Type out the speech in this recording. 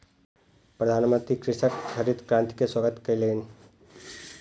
प्रधानमंत्री कृषकक हरित क्रांति के स्वागत कयलैन